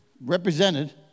represented